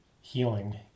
healing